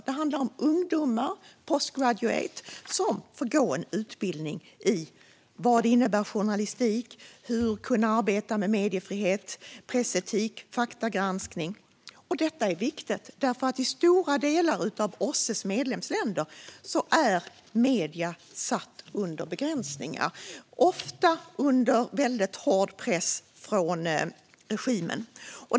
Det handlar om ungdomar, post-graduates, som får gå en utbildning i vad journalistik innebär, hur man kan arbeta med mediefrihet, pressetik, faktagranskning med mera. Detta är viktigt, för i många av OSSE:s medlemsländer är medierna utsatta för begränsningar och ofta under hård press från regimen.